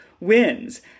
wins